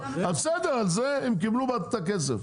אז בסדר, על זה הם קיבלו כבר את הכסף.